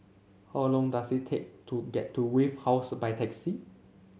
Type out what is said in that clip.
how long does it take to get to Wave House by taxi